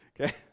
Okay